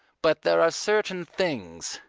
but there are certain things,